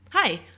Hi